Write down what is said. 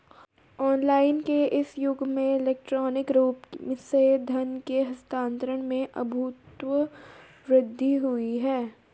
online के इस युग में इलेक्ट्रॉनिक रूप से धन के हस्तांतरण में अभूतपूर्व वृद्धि हुई है